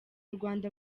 rwanda